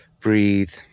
breathe